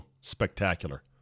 spectacular